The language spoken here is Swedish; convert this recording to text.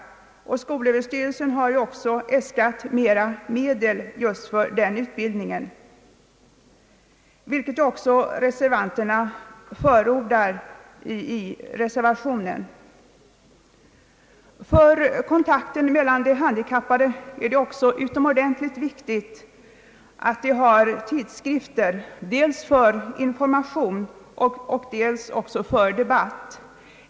Skolöverstyrelsen har också äskat mera medel just för sådan utbildning, vilket även förordas i reservationen. För kontakten mellan de handikappade är det också utomordentligt viktigt att de har tidskrifter, dels för information, dels för debatt.